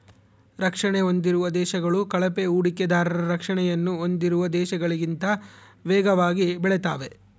ರಕ್ಷಣೆ ಹೊಂದಿರುವ ದೇಶಗಳು ಕಳಪೆ ಹೂಡಿಕೆದಾರರ ರಕ್ಷಣೆಯನ್ನು ಹೊಂದಿರುವ ದೇಶಗಳಿಗಿಂತ ವೇಗವಾಗಿ ಬೆಳೆತಾವೆ